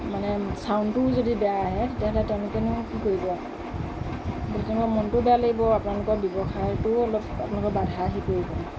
মানে ছাউণ্ডটোও যদি বেয়া আহে তেতিয়াহ'লে তেওঁলোকেনো কি কৰিব মনটোও বেয়া লাগিব আপোনালোকৰ ব্যৱসায়তো অলপ আপোনালোকৰ বাধা আহি পৰিব